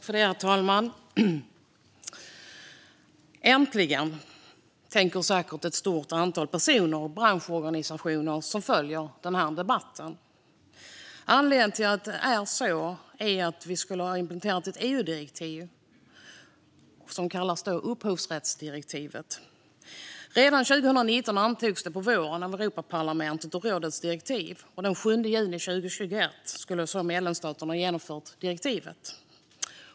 Herr talman! Äntligen, tänker säkert ett stort antal personer och branschorganisationer som följer denna debatt. Anledningen till det är att vi i dag ska besluta om implementering av det så kallade upphovsrättsdirektivet. Redan 2019 antogs på våren Europaparlamentets och rådets direktiv, och den 7 juni 2021 skulle medlemsstaterna ha genomfört direktivet.